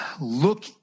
look